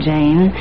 Jane